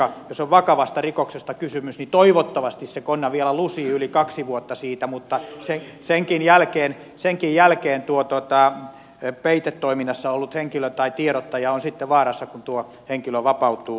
jos on vakavasta rikoksesta kysymys niin toivottavasti se konna vielä lusii yli kaksi vuotta siitä mutta senkin jälkeen tuo peitetoiminnassa ollut henkilö tai tiedottaja on sitten vaarassa kun tuo henkilö vapautuu lusimasta sitä rikosta